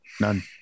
None